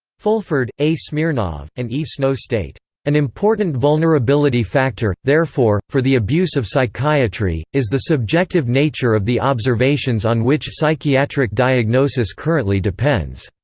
fulford, a. smirnov, and e. snow state an important vulnerability factor, therefore, for the abuse of psychiatry, is the subjective nature of the observations on which psychiatric diagnosis currently depends.